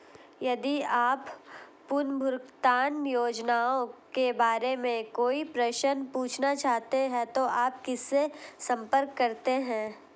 यदि आप पुनर्भुगतान योजनाओं के बारे में कोई प्रश्न पूछना चाहते हैं तो आप किससे संपर्क करते हैं?